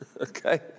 okay